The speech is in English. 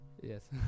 yes